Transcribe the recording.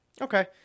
okay